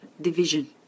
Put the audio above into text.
division